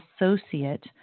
associate